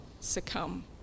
succumb